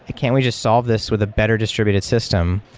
ah can't we just solve this with a better distributed system?